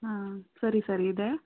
ಹಾಂ ಸರಿ ಸರ್ ಇದೆ